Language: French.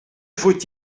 faut